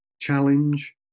challenge